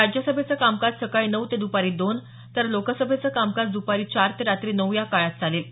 राज्यसभेचं कामकाज सकाळी नऊ ते दपारी दोन तर लोकसभेचं कामकाज दपारी चार ते रात्री नऊ या काळात चालेल